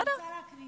צועק עליי